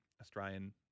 Australian